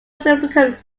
republican